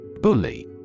Bully